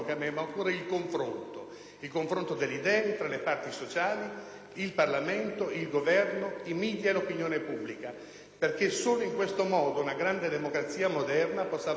il confronto delle idee fra le parti sociali, il Parlamento, il Governo, i *media* e l'opinione pubblica. Solo in questo modo una grande democrazia moderna può salvaguardare la propria essenza,